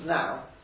now